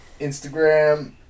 instagram